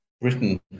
Britain